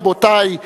רבותי,